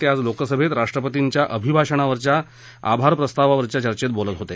ते आज लोकसभेत राष्ट्रपतींच्या अभिभाषणावरच्या आभार प्रस्तावावरच्या चर्चेत बोलत होते